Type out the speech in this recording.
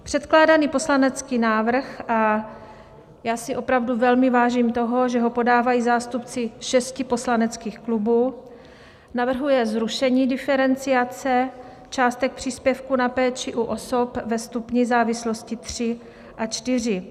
Předkládaný poslanecký návrh a já si opravdu velmi vážím toho, že ho podávají zástupci šesti poslaneckých klubů navrhuje zrušení diferenciace částek příspěvku na péči u osob ve stupni závislosti tři a čtyři.